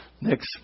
Next